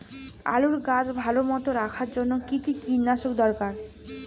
আলুর গাছ ভালো মতো রাখার জন্য কী কী কীটনাশক দরকার?